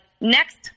next